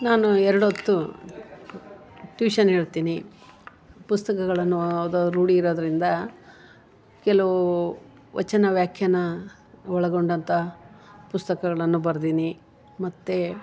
ನಾನು ಎರಡು ಹೊತ್ತು ಟ್ಯೂಷನ್ ಹೇಳ್ತೀನಿ ಪುಸ್ತಕಗಳನ್ನು ಓದೋ ರೂಢಿ ಇರೋದರಿಂದ ಕೆಲವು ವಚನ ವ್ಯಾಖ್ಯಾನ ಒಳಗೊಂಡಂಥ ಪುಸ್ತಕಗಳನ್ನ ಬರ್ದಿನಿ ಮತ್ತು